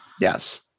Yes